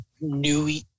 new